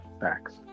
Facts